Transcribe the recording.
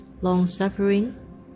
long-suffering